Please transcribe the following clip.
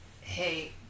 hey